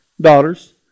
Daughters